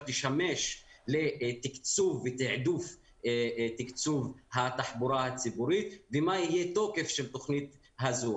תשמש לתקצוב ותעדוף התחבורה הציבורית ומה יהיה תוקף של התוכנית הזו,